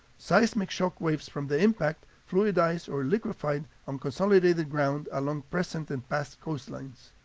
seismic shock waves from the impact fluidized or liquefied unconsolidated ground along present and past coastlines.